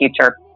future